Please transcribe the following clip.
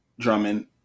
Drummond